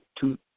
two